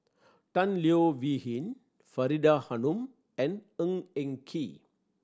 Tan Leo Wee Hin Faridah Hanum and Ng Eng Kee